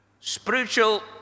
Spiritual